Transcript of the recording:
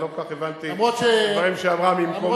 אני לא כל כך הבנתי את הדברים שהיא אמרה ממקומה,